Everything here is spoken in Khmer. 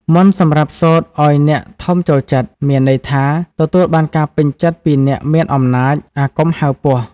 មន្តសម្រាប់សូត្រឱ្យអ្នកធំចូលចិត្ត មានន័យថាទទួលបានការពេញចិត្តពីអ្នកមានអំណាច អាគមហៅពស់។